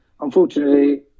unfortunately